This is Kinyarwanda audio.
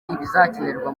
ibizakenerwa